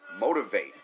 motivate